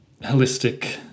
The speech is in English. holistic